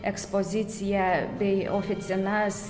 ekspoziciją bei oficinas